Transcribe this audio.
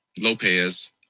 Lopez